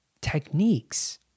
techniques